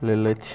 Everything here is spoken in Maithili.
लेलथि